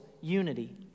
unity